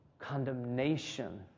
condemnation